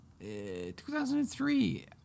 2003